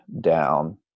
down